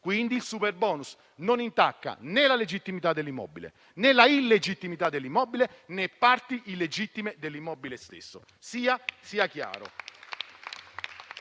Il superbonus non intacca dunque né la legittimità dell'immobile, né l'illegittimità dell'immobile, né parti illegittime dell'immobile stesso. Questo sia chiaro.